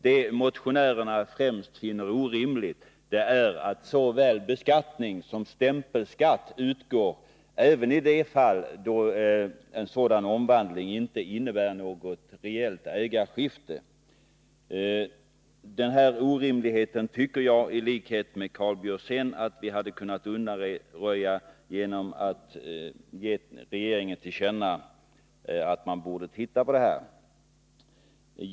Det motionärerna främst finner orimligt är att såväl realisationsvinstskatt som stämpelskatt utgår, även i det fall då en sådan omvandling inte innebär något reellt ägarskifte. Denna orimlighet tycker jag, i likhet med Karl Björzén, att vi hade kunnat undanröja genom att ge regeringen till känna att den borde se över detta.